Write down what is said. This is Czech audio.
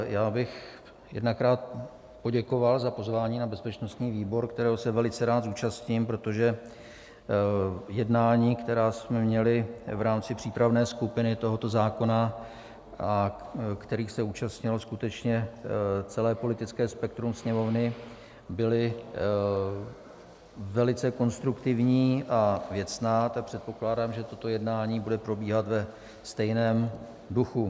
Já bych jednak rád poděkoval za pozvání na bezpečnostní výbor, kterého se velice rád zúčastním, protože jednání, která jsme měli v rámci přípravné skupiny tohoto zákona a kterých se účastnilo skutečně celé politické spektrum Sněmovny, byla velice konstruktivní a věcná, tak předpokládám, že toto jednání bude probíhat ve stejném duchu.